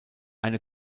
eine